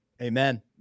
Amen